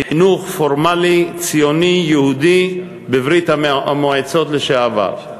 חינוך פורמלי ציוני יהודי בברית-המועצות לשעבר.